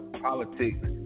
politics